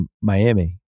Miami